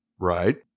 Right